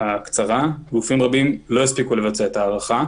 הקצרה גופים רבים לא הספיקו לבצע את ההערכה,